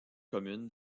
communes